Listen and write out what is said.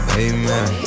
amen